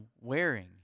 wearing